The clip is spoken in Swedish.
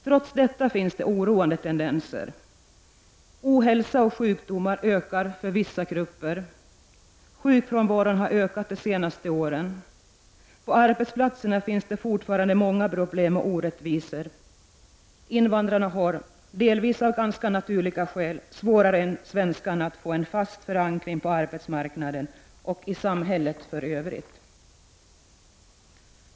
Trots detta finns det oroande tendenser. Ohälsa och sjukdomar ökar för vissa grupper. Sjukfrånvaron har ökat de senaste åren. På arbetsplatserna finns det fortfarande många problem och orättvisor. Invandrarna har, delvis av ganska na turliga skäl, svårare än svenskarna att få en fast förankring på arbetsmarknaden och i samhället för övrigt.